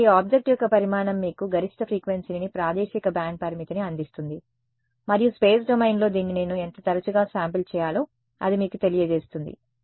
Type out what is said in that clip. కాబట్టి ఆబ్జెక్ట్ యొక్క పరిమాణం మీకు గరిష్ట ఫ్రీక్వెన్సీని ప్రాదేశిక బ్యాండ్ పరిమితిని అందిస్తుంది మరియు స్పేస్ డొమైన్లో దీన్ని నేను ఎంత తరచుగా శాంపిల్ చేయాలో అది మీకు తెలియజేస్తుంది